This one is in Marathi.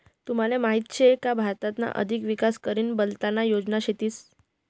तुमले माहीत शे का भारतना अधिक विकास करीना बलतना योजना शेतीस